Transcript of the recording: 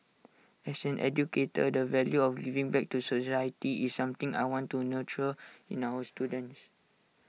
as an educator the value of giving back to society is something I want to nurture in our students